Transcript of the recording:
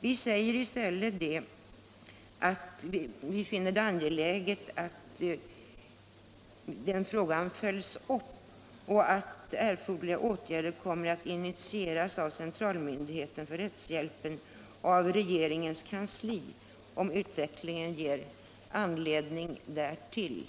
Vi finner det dock angeläget att frågan följs med uppmärksamhet och att erforderliga åtgärder kommer att initieras av centralmyndigheten för rättshjälpen och av regeringens kansli om utvecklingen ger anledning därtill.